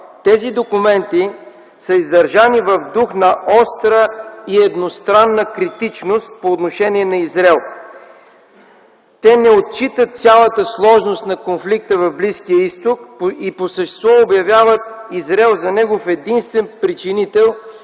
Тези документи са издържани в дух на остра и едностранна критичност по отношение на Израел. Те не отчитат цялата сложност на конфликта в Близкия Изток и по същество обявяват Израел за негов единствен причинител